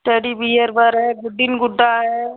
teddy bear बर है गुड्डिन गुड्डा है